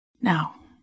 Now